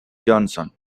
johnson